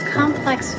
complex